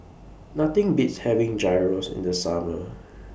Nothing Beats having Gyros in The Summer